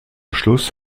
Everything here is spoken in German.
schluss